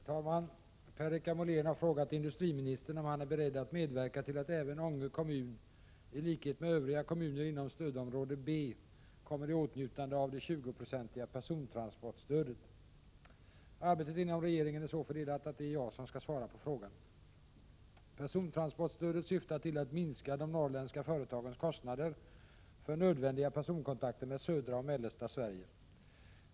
Herr talman! Per-Richard Molén har frågat industriministern om han är beredd att medverka till att även Ånge kommun, i likhet med övriga kommuner inom stödområde B, kommer i åtnjutande av det 20-procentiga persontransportstödet. Arbetet inom regeringen är så fördelat att det är jag som skall svara på frågan. Persontransportstödet syftar till att minska de norrländska företagens kostnader för nödvändiga personkontakter med södra och mellersta Sverige.